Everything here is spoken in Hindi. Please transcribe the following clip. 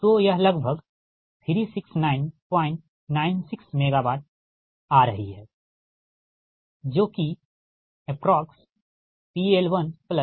तो यह लगभग 36996 MWआ रही है जो कि ≈ PL1PL2